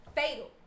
fatal